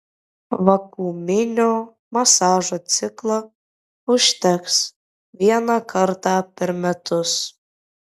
vakuuminio masažo ciklo užteks vieną kartą per metus